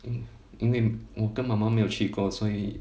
因因为我跟妈妈没有去过所以